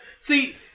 see